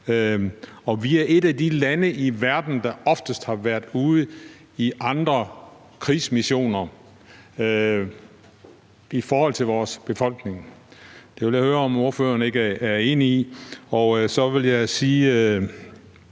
Vi er et af de lande i verden, der oftest har været ude i krigsmissioner i forhold til vores befolkningstal. Det vil jeg høre om ordføreren ikke er enig i. Og så vil jeg spørge,